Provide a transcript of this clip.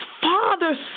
father